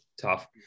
Tough